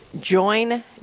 join